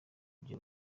buryo